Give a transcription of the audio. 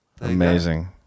Amazing